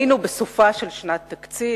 היינו בסופה של שנת תקציב,